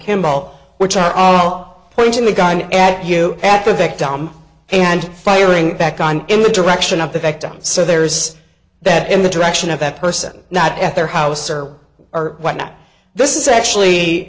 campbell which are all pointing the gun at you at the victim and firing back on in the direction of the victims so there's that in the direction of that person not at their house or are like that this is actually